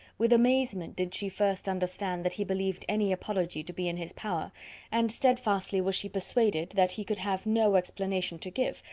with amazement did she first understand that he believed any apology to be in his power and steadfastly was she persuaded, that he could have no explanation to give,